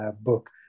book